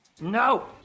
No